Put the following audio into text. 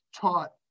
taught